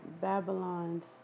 Babylon's